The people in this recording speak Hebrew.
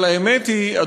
אבל האמת היא,